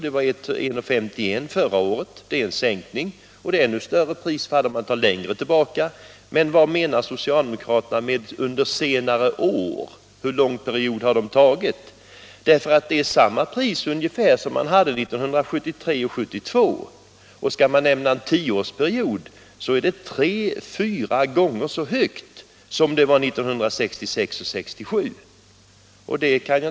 Det var 1:51 förra året — det är en sänkning. Och prisfallet framstår som ännu större om man för jämförelsen längre tillbaka. Men vad menar socialdemokraterna med ”under senare år” — hur lång period avser de? Dagens pris är ungefär samma pris som man hade 1973 och 1972, och ser vi till en tioårsperiod finner vi att priset är tre fyra gånger så högt som det var 1966 och 1967.